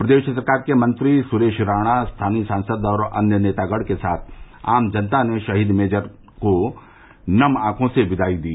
प्रदेश सरकार के मंत्री सुरेश राणा स्थानीय सांसद और अन्य नेतागण के साथ आम जनता ने शहीद मेजर को नम ऑखों से अंतिम विदाई दी